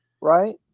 right